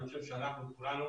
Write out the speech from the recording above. אני חושב שאנחנו כולנו